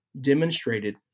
demonstrated